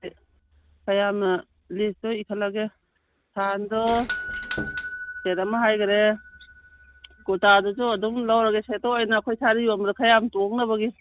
ꯑꯩꯍꯥꯛꯅ ꯂꯤꯁꯇꯣ ꯏꯈꯠꯂꯒꯦ ꯁꯥꯜꯗꯣ ꯁꯦꯠ ꯑꯃ ꯍꯥꯏꯒꯔꯦ ꯀꯨꯔꯇꯥꯗꯨꯁꯨ ꯑꯗꯨꯝ ꯂꯧꯔꯒꯦ ꯁꯦꯠꯇ ꯑꯣꯏꯅ ꯑꯩꯈꯣꯏ ꯈꯥꯂꯤ ꯌꯣꯟꯕꯗ ꯈꯔ ꯌꯥꯝꯅ ꯇꯣꯡꯅꯕꯒꯤ